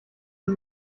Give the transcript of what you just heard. das